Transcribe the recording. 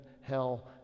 hell